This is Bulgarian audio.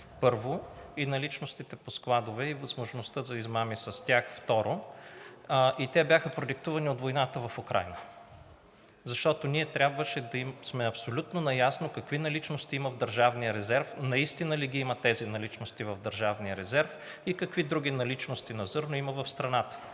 първо, и наличностите по складове и възможността за измами с тях, второ. И те бяха продиктувани от войната в Украйна, защото ние трябваше да сме абсолютно наясно какви наличности има в държавния резерв, наистина ли ги има тези наличности в държавния резерв и какви други наличности на зърно има в страната.